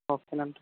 okay நன்றி